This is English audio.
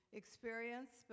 experience